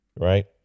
right